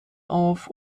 auf